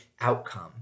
outcome